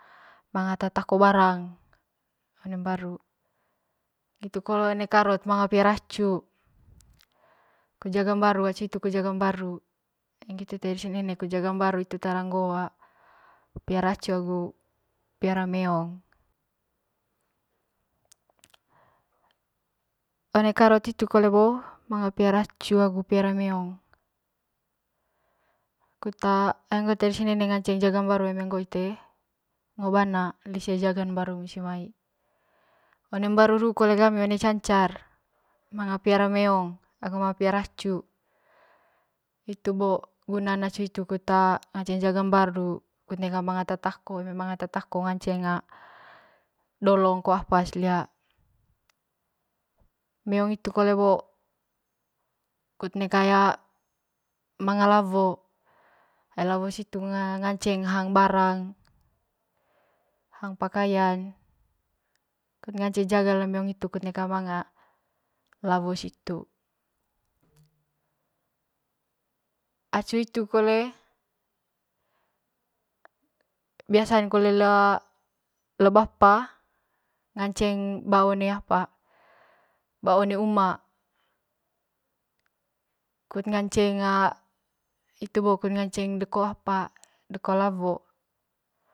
Manga ata tako barang ngitu kole one karot manga pliara acu kud jaga mabru acu hitu kut jaga mbaru ai ngitu tae di nene kut jaga mbru ai ngoo ga piara acu agu piara meong one karot hitu kole bo manga pliara acu agu pliara meong ai ngoo tae dise nene ai ngoo tae dise nene nganceng pliara acu ite ngo bana lise jaga mbaru musi mai one mbaru ru kole gami one cancar manga pliara meong agu manga pliara acu hitu bo gunan acu hitu ngancenng kut jaga mbaru neka manga ata tako eme manga ata tako nganceng ngo dolong kos apad liha meong hitu kole bo kut neka manga lawo ai lawo situ ngaceng hang barang hang pakkayan kut ngaceng jaga le meong hitu kut neka manga lawo situ acu hituu kole biasan le le bapa ngaceng kole ba one apa ba one uma kut ngaceng a hitu bo kut ngaceng deko lawa.